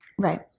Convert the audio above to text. Right